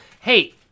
Hey